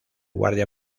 guardia